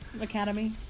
academy